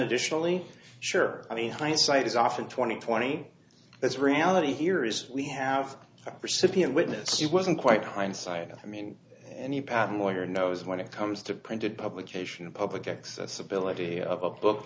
additionally sure i mean hindsight is often twenty twenty that's reality here is we have a percipient witness it wasn't quite hindsight i mean and the patent lawyer knows when it comes to printed publication a public accessibility of a book